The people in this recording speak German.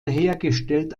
hergestellt